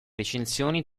recensioni